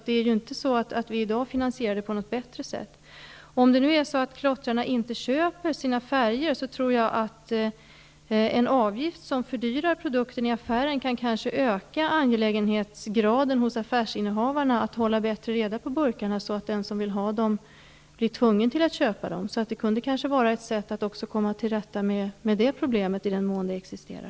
Vi finansierar inte i dag saneringen på något bättre sätt. Om det nu är så att klottrarna inte köper sina färger, kan en avgift som fördyrar produkten i affären kanske öka angelägenheten hos affärsinnehavarna att håller bättre reda på burkarna, så att den som vill ha en sådan blir tvungen att köpa den. Det kanske kunde vara ett sätt att komma till rätta med det problemet, i den mån det existerar.